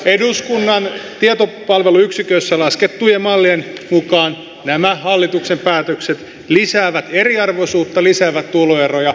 eduskunnan tietopalveluyksikössä laskettujen mallien mukaan nämä hallituksen päätökset lisäävät eriarvoisuutta lisäävät tuloeroja ne jakavat kansan kahtia